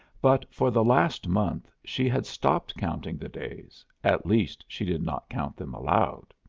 but, for the last month she had stopped counting the days at least she did not count them aloud.